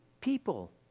people